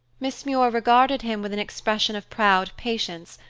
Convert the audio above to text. miss muir regarded him with an expression of proud patience,